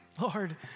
Lord